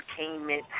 entertainment